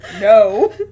No